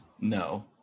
No